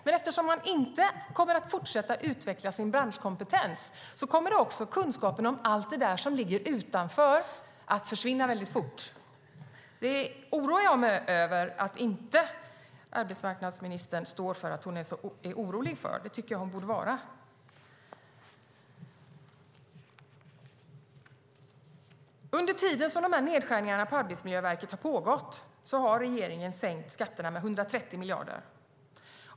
Men eftersom man inte kommer att fortsätta utveckla sin branschkompetens kommer också kunskapen om allt det där som ligger utanför att försvinna väldigt fort. Jag oroar mig över att arbetsmarknadsministern inte säger att hon är orolig för det. Det tycker jag att hon borde vara. Under tiden nedskärningarna på Arbetsmiljöverket har pågått har regeringen sänkt skatterna med 130 miljarder.